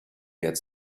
get